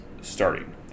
starting